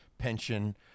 pension